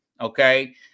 Okay